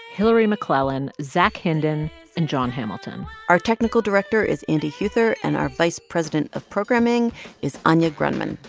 hillary mclellan, zach hindin and jon hamilton our technical director is andy huether, and our vice president of programming is anya grundmann.